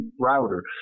Router